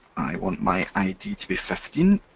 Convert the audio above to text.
i want my id to be fifteen,